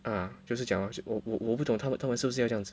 啊就是讲我我我不懂他们他们是不是要这样子